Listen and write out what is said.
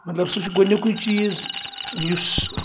مطلب سُہ چھُ گۄڈنِکُے چیٖز یُس